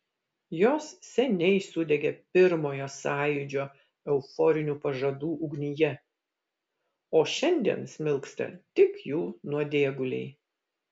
jos seniai sudegė pirmojo sąjūdžio euforinių pažadų ugnyje o šiandien smilksta tik jų nuodėguliai